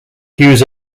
hughes